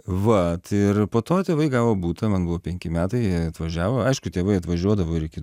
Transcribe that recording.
vat ir po to tėvai gavo butą man buvo penki metai jie atvažiavo aišku tėvai atvažiuodavo ir iki